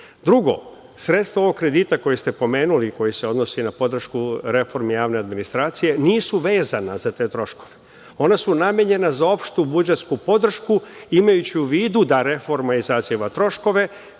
sredstva ovog kredita koje ste pomenuli i koji se odnosi na podršku reformi javne administracije nisu vezana za te troškove. Ona su namenjena za opštu budžetsku podršku, imajući u vidu da reforma izaziva troškove,